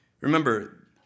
remember